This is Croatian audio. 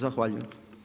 Zahvaljujem.